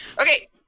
okay